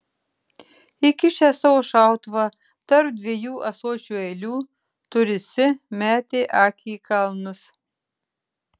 įkišęs savo šautuvą tarp dviejų ąsočių eilių turisi metė akį į kalnus